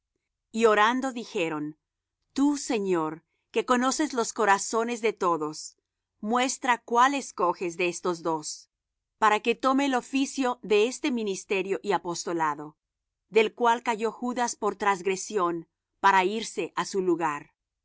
y orando dijeron tú señor que conoces los corazones de todos muestra cuál escoges de estos dos para que tome el oficio de este ministerio y apostolado del cual cayó judas por transgresión para irse á su lugar